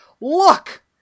Look